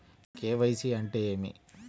KYC అంటే ఏమి?